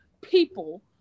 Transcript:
people